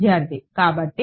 విద్యార్థి కాబట్టి